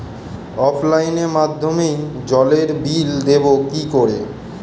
অফলাইনে মাধ্যমেই জলের বিল দেবো কি করে?